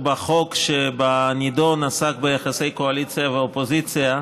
בחוק שבנדון הוא עסק ביחסי קואליציה ואופוזיציה,